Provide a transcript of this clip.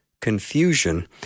confusion